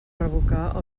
revocar